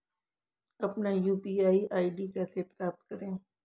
अपना UPI ID कैसे प्राप्त करें?